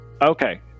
Okay